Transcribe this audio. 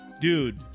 dude